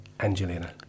Angelina